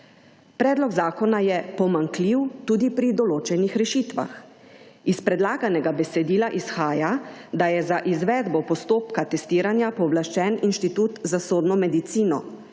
Predlog zakona je pomanjkljiv tudi pri določenih rešitvah. Iz predlaganega besedila izhaja, da je za izvedbo postopka testiranja pooblaščen Inštitut za sodno medicino,